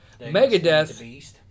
Megadeth